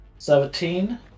Seventeen